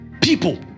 people